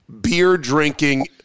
beer-drinking